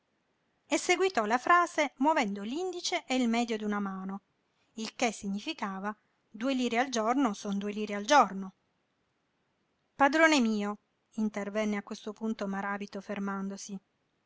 e seguitò la frase movendo l'indice e il medio d'una mano il che significava due lire al giorno son due lire al giorno padrone mio intervenne a questo punto maràbito fermandosi